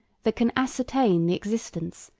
that can ascertain the existence,